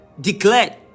declared